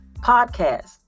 podcast